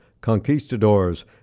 conquistadors